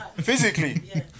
physically